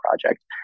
project